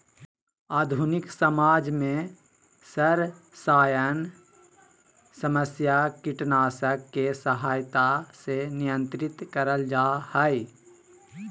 आधुनिक समाज में सरसायन समस्या कीटनाशक के सहायता से नियंत्रित करल जा हई